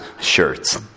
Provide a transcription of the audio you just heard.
shirts